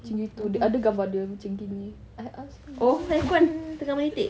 macam itu ada gambar dia tengah macam ini I asked him